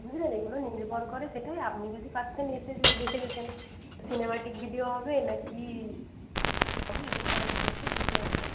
বুঝলেন এগুলোই নির্ভর করে সেটাই আপনি যদি পারতেন এসে যদি দেখে যেতেন সিনেমাটিক ভিডিও হবে না কী হবে সেগুলো আপনি দেখলে বুঝতে পারতেন